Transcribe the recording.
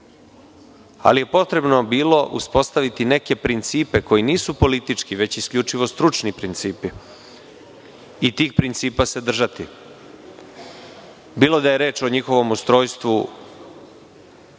ali je potrebno bilo uspostaviti neke principe koji nisu politički, već isključivo stručni principi i tih principa se držati, bilo da je reč o njihovom ustrojstvu